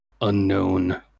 unknown